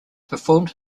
performed